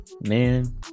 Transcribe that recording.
man